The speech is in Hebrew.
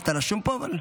אתה רשום פה אבל?